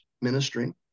ministering